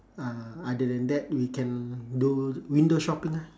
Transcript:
uh other than that we can do window shopping ah